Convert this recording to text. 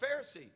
Pharisee